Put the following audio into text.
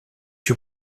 you